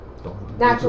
Natural